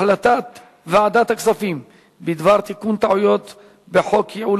החלטת ועדת הכספים בדבר תיקון טעויות בחוק ייעול